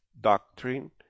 doctrine